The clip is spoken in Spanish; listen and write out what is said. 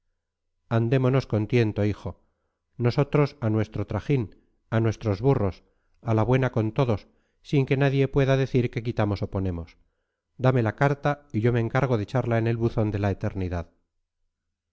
con tiento hijo nosotros a nuestro trajín a nuestros burros a la buena con todos sin que nadie pueda decir que quitamos o ponemos dame la carta y yo me encargo de echarla en el buzón de la eternidad